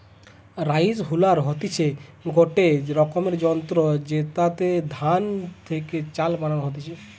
rice huller হতিছে গটে রকমের যন্ত্র জেতাতে ধান থেকে চাল বানানো হতিছে